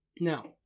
Now